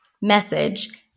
message